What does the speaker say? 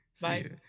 Bye